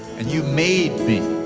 and you made me